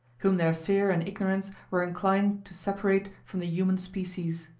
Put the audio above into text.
whom their fear and ignorance were inclined to separate from the human species.